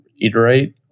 iterate